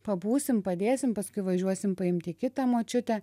pabūsim padėsim paskui važiuosim paimti kitą močiutę